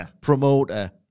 promoter